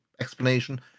explanation